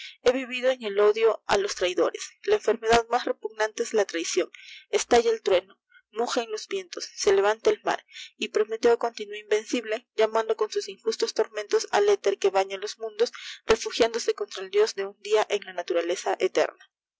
he vivido en el ódio á los traidores la enfermedad mas repugnantc es la traiciono estalla el trueno mugen los vientos se levanta el mar y prométeo continúa invencible llamando con sus injustos tormentos al eter que baña los mundos refugiándose contra el dios de un dia en la naturaleza eterna